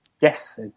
Yes